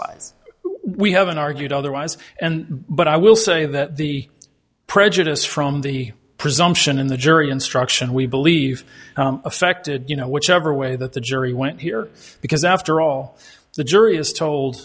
lies we haven't argued otherwise and but i will say that the prejudice from the presumption in the jury instruction we believe affected you know whichever way that the jury went here because after all the jury is told